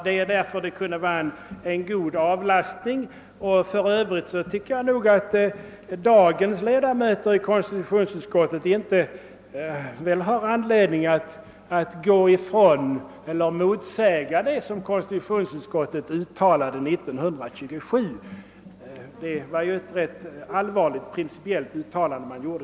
Det är därför lagrådet kan bli en god avlastning. För övrigt tycker jag inte att dagens ledamöter i konstitutionsutskottet har anledning att gå ifrån vad konstitutionsutskottet uttalade 1927. Det var ju ett rätt allvarligt principiellt uttalande man då gjorde.